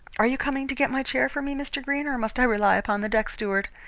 are you coming to get my chair for me, mr. greene, or must i rely upon the deck steward?